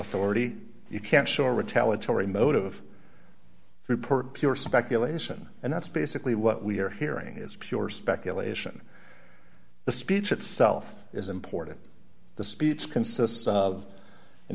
authority you can't show retaliatory motive report pure speculation and that's basically what we're hearing is pure speculation the speech itself is important the speech